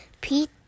Pete